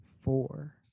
four